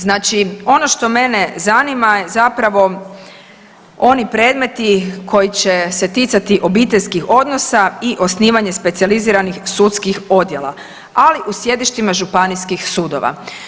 Znači ono što mene zanima je zapravo oni predmeti koji će se ticati obiteljskih odnosa i osnivanje specijaliziranih sudskih odjela, ali u sjedištima županijskih sudova.